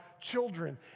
children